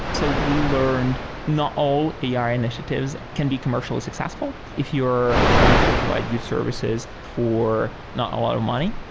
so we learned not all ai initiatives can be commercially successful if you're trying to provide good services for not a lot of money,